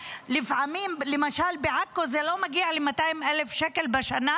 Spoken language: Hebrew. לפעמים, למשל בעכו זה לא מגיע ל-200,000 שקל בשנה.